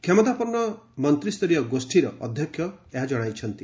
କ୍ଷମତାପନ୍ଦ ମନ୍ତ୍ରୀସ୍ତରୀୟ ଗୋଷୀର ଅଧ୍ୟକ୍ଷ ଏହା ଜଣାଇଛନ୍ତି